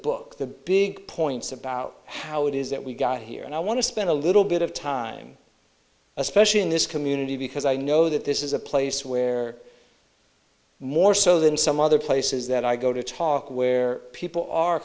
book the big points about how it is that we got here and i want to spend a little bit of time especially in this community because i know that this is a place where more so than some other places that i go to talk where people are